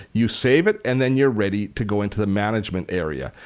you save it and then you're ready to go into the management area.